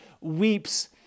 weeps